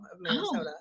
Minnesota